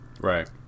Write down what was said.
Right